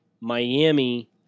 Miami